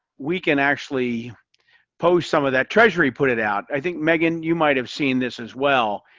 we can actually post some of that. treasury put it out. i think, megan, you might have seen this as well,